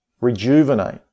rejuvenate